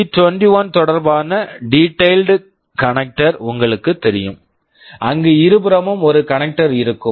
P21 p21 தொடர்பான detailed connector detailed connector உங்களுக்குத் தெரியும் அங்கு இருபுறமும் ஒரு கணக்டர் connector இருக்கும்